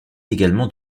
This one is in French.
également